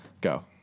Go